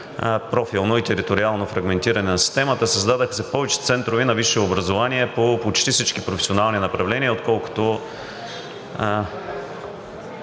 профилно и териториално фрагментиране на системата, се създадоха повече центрове на висше образование по почти всички професионални направления, отколкото